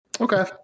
Okay